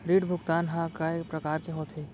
ऋण भुगतान ह कय प्रकार के होथे?